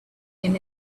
him